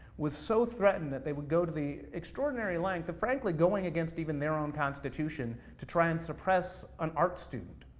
was so threatened that they would go to the extraordinary length of, frankly, going against even their own constitution, to try and suppress an art student,